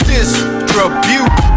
Distribute